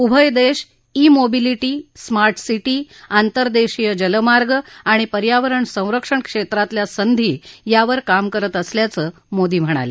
उभय देश e mobility smart city आंतरदेशीय जल मार्ग आणि पर्यावरण संरक्षण क्षेत्रातल्या संधी यावर काम करत असल्याचं मोदी म्हणाले